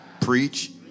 preach